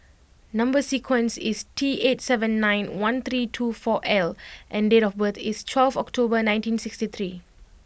number sequence is T eight seven nine one three two four L and date of birth is twelve October nineteen sixty three